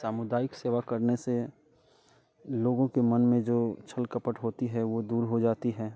सामुदायिक सेवा करने से लोगों के मन जो छल कपट होती है वो दूर हो जाती है